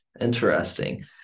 Interesting